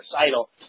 recital